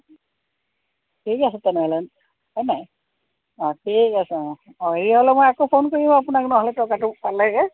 ঠিক আছে তেনেহ'লে হয় নাই অঁ ঠিক আছে অঁ অঁ হেৰি হ'লে মই আকৌ ফোন কৰিব আপোনাক নহ'লে টকাটো পালেগে